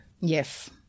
Yes